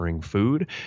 food